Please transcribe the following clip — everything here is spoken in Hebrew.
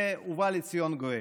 ובא לציון גואל,